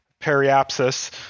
periapsis